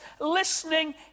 listening